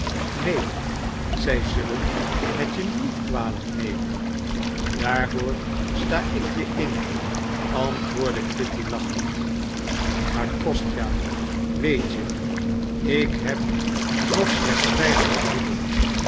neen zij zullen het je niet kwalijk nemen daarvoor sta ik je in antwoordde kitty lachend maar kostja weet je ik heb nog slechts vijftig roebel